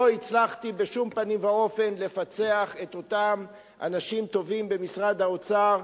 לא הצלחתי בשום פנים ואופן לפצח את אותם אנשים טובים במשרד האוצר.